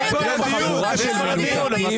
מה יותר חשוב מאשר הציבור בישראל?